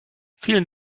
vielen